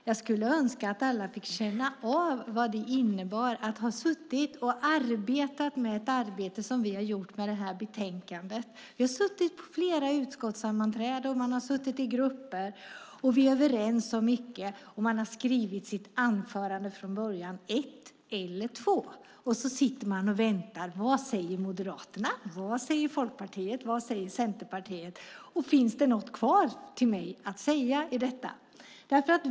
Jag skulle önska att alla fick känna av vad det innebär att ha suttit och arbetat med ett arbete, som vi har gjort med detta betänkande, att ha suttit på flera utskottssammanträden i grupper och varit överens med andra om mycket, att ha skrivit ett anförande från början, eller två, och så sedan sitta och vänta: Vad säger Moderaterna? Vad säger Folkpartiet? Vad säger Centerpartiet? Finns det något kvar till mig att säga i detta?